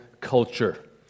culture